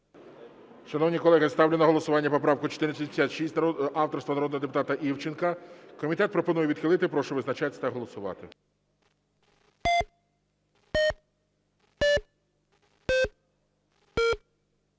Шановні колеги, ставлю на голосування поправку 1486 авторства народного депутата Івченка. Комітет пропонує відхилити. Прошу визначатись та голосувати.